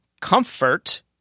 comfort